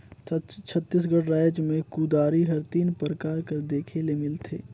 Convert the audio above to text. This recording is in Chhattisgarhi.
छत्तीसगढ़ राएज मे कुदारी हर तीन परकार कर देखे ले मिलथे